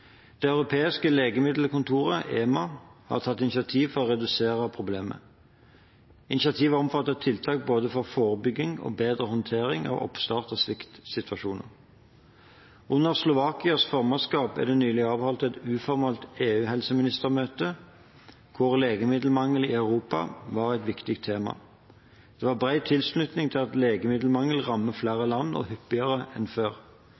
Det europeiske legemiddelbyrået, EMA, har tatt initiativ for å redusere problemet. Initiativet omfatter tiltak for både forebygging og bedre håndtering av oppståtte sviktsituasjoner. Under Slovakias formannskap er det nylig avholdt et uformelt EU-helseministermøte, hvor legemiddelmangel i Europa var et viktig tema. Det var bred tilslutning til at legemiddelmangel rammer flere land og hyppigere enn før.